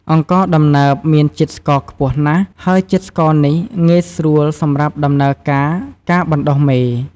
អង្ករដំណើបមានជាតិស្ករខ្ពស់ណាស់ ហើយជាតិស្ករនេះងាយស្រួលសម្រាប់ដំណើរការ ការបណ្ដុះមេ។